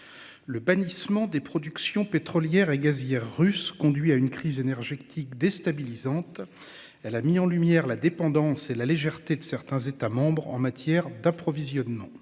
Le bannissement des production pétrolière et gazière russe conduit à une crise énergétique déstabilisante. Elle a mis en lumière la dépendance et la légèreté de certains États membres en matière d'approvisionnement.